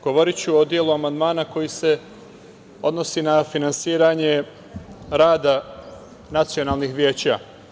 Govoriću o delu amandmana koji se odnosi na finansiranje rada nacionalnih veća.